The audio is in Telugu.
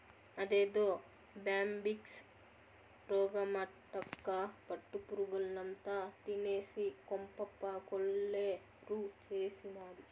అదేదో బ్యాంబిక్స్ రోగమటక్కా పట్టు పురుగుల్నంతా తినేసి కొంప కొల్లేరు చేసినాది